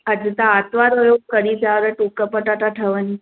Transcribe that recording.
अॼु त आरतवारु हुयो कढ़ी चांवरु टूक पटाटा ठहनि